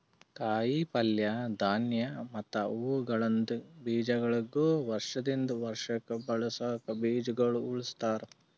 ಕಾಯಿ ಪಲ್ಯ, ಧಾನ್ಯ ಮತ್ತ ಹೂವುಗೊಳಿಂದ್ ಬೀಜಗೊಳಿಗ್ ವರ್ಷ ದಿಂದ್ ವರ್ಷಕ್ ಬಳಸುಕ್ ಬೀಜಗೊಳ್ ಉಳುಸ್ತಾರ್